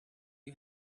you